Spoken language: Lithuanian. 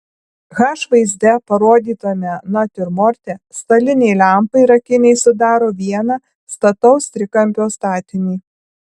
h vaizde parodytame natiurmorte stalinė lempa ir akiniai sudaro vieną stataus trikampio statinį